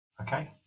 Okay